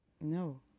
No